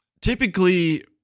typically